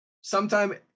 sometime